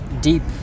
deep